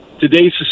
today's